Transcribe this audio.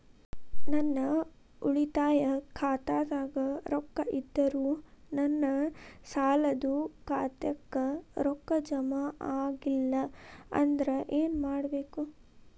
ನನ್ನ ಉಳಿತಾಯ ಖಾತಾದಾಗ ರೊಕ್ಕ ಇದ್ದರೂ ನನ್ನ ಸಾಲದು ಖಾತೆಕ್ಕ ರೊಕ್ಕ ಜಮ ಆಗ್ಲಿಲ್ಲ ಅಂದ್ರ ಏನು ಮಾಡಬೇಕು?